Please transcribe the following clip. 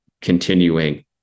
continuing